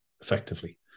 effectively